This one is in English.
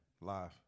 live